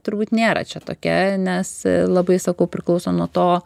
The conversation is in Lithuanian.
turbūt nėra čia tokia nes labai sakau priklauso nuo to